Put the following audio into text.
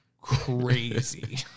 crazy